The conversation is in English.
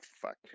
fuck